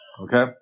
Okay